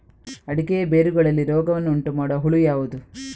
ಅಡಿಕೆಯ ಬೇರುಗಳಲ್ಲಿ ರೋಗವನ್ನು ಉಂಟುಮಾಡುವ ಹುಳು ಯಾವುದು?